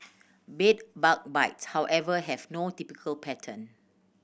bed bug bites however have no typical pattern